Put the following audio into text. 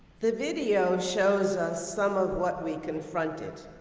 the video shows us some of what we confronted.